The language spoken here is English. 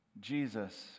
Jesus